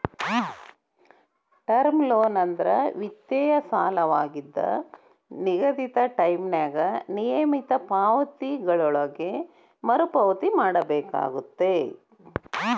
term loan ಅಂದ್ರ ವಿತ್ತೇಯ ಸಾಲವಾಗಿದ್ದ ನಿಗದಿತ ಟೈಂನ್ಯಾಗ ನಿಯಮಿತ ಪಾವತಿಗಳೊಳಗ ಮರುಪಾವತಿ ಮಾಡಬೇಕಾಗತ್ತ